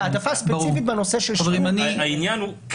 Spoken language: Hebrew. והעדפה ספציפית בנושא של שבות --- העניין הוא,